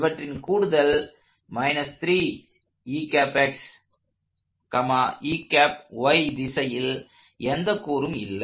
இவற்றின் கூடுதல் திசையில் எந்த கூறும் இல்லை